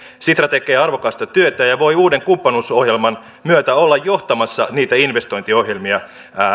sitra tekee arvokasta työtä ja voi uuden kumppanuusohjelman myötä olla johtamassa niitä investointiohjelmia